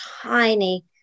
tiny